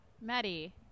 Maddie